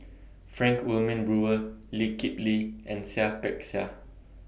Frank Wilmin Brewer Lee Kip Lee and Seah Peck Seah